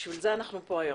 בשביל זה אנחנו פה היום.